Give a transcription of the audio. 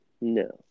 no